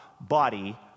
body